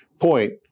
point